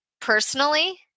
personally